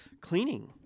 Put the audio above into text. cleaning